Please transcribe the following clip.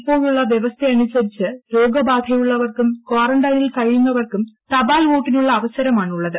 ഇപ്പോഴുള്ള വ്യവസ്ഥയനുസരിച്ച് രോഗബാധയുള്ളവർക്കും കാറൻറൈനിൽ കഴിയുന്നവർക്കും തപാൽ വോട്ടിനുള്ള അവസരമാണുള്ളത്